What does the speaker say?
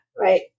right